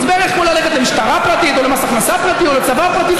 זה בערך כמו ללכת למשטרה פרטית או למס הכנסה פרטי או לצבא פרטי.